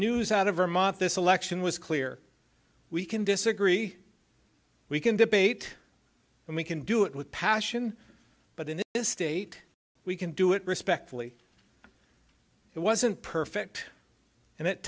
news out of vermont this election was clear we can disagree we can debate and we can do it with passion but in this state we can do it respectfully it wasn't perfect and at